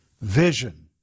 vision